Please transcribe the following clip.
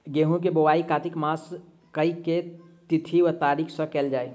गेंहूँ केँ बोवाई कातिक मास केँ के तिथि वा तारीक सँ कैल जाए?